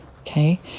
okay